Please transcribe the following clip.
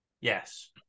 yes